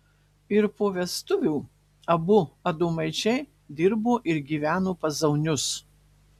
ir po vestuvių abu adomaičiai dirbo ir gyveno pas zaunius